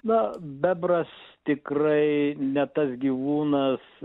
na bebras tikrai ne tas gyvūnas